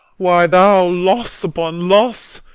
why, thou loss upon loss!